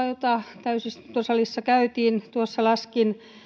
jota täysistuntosalissa käytiin tuossa laskin